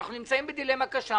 אנחנו נמצאים בדילמה קשה.